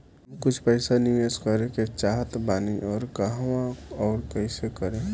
हम कुछ पइसा निवेश करे के चाहत बानी और कहाँअउर कइसे करी?